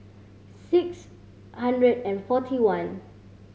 six hundred and forty one